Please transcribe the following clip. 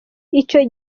icyo